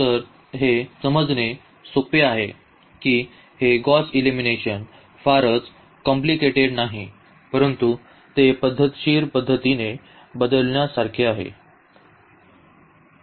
तर हे समजणे सोपे आहे की हे गॉस एलिमिनेशन फारच क्लिष्ट नाही परंतु ते पद्धतशीर पद्धतीने बदलण्यासारखे आहे